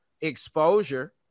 exposure